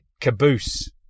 caboose